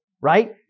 right